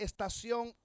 estación